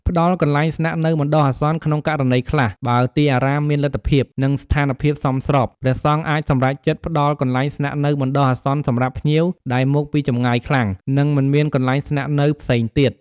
ព្រះអង្គលើកទឹកចិត្តពុទ្ធបរិស័ទឲ្យធ្វើបុណ្យទាន និងចូលរួមក្នុងការបដិសណ្ឋារកិច្ចភ្ញៀវ ដែលជាផ្នែកមួយនៃការកសាងបុណ្យកុសល និងសាមគ្គីភាពសហគមន៍។